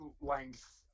length